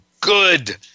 good